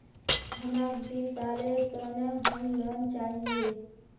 हमाक दी सालेर त न होम लोन चाहिए